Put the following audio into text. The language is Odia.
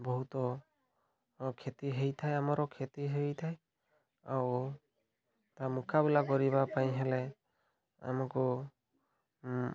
ବହୁତ କ୍ଷତି ହେଇଥାଏ ଆମର କ୍ଷତି ହେଇଥାଏ ଆଉ ତା ମୁକାବିଲା କରିବା ପାଇଁ ହେଲେ ଆମକୁ